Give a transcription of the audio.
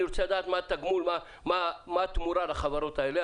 אני רוצה לדעת מה התגמול, מה התמורה לחברות האלה.